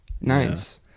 nice